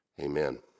Amen